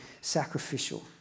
sacrificial